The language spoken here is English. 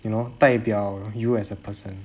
you know 代表 you as a person